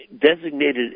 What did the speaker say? designated